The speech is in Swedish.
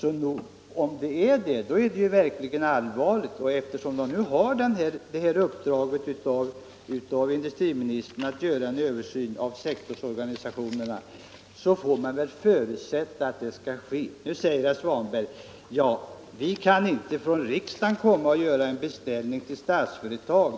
Om så är fallet är det verkligen allvarligt. Men när Statsföretag nu fått detta uppdrag av industriministern att göra en översyn av sektorsorganisationen får man väl förutsätta att den kommer att ske. Nu säger herr Svanberg att riksdagen inte har konstitutionell rätt att göra en beställning hos Statsföretag.